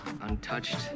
untouched